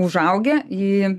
užaugę į